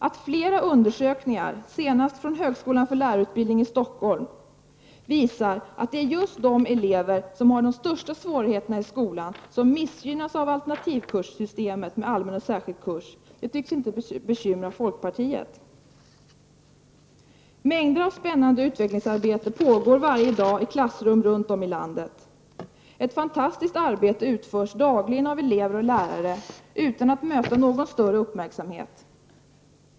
Att flera undersökningar — senast från högskolan för lärarutbildning i Stockholm — visar att det är just de elever som har de största svårigheterna i skolan som missgynnas av alternativkurssystemet med allmän och särskild kurs tycks inte bekymra folkpartiet. Mängder av spännande utvecklingsarbete pågår varje dag i klassrum runt om i landet. Ett fantastiskt arbete utförs dagligen av elever och lärare utan att det möter någon större uppmärksamhet.